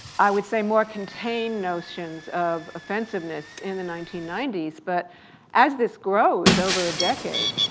i would say, more contained notions of offensiveness in the nineteen ninety s, but as this grows over a decade,